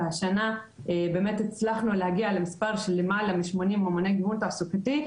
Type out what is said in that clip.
והשנה באמת הצלחנו להגיע למספר של למעלה משמונים ממוני גיוון תעסוקתי,